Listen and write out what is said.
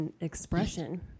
expression